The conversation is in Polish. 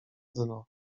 dno